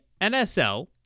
NSL